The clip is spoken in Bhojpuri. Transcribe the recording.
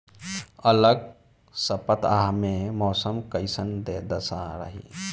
अलगे सपतआह में मौसम के कइसन दशा रही?